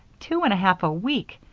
two and a half a week!